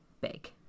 big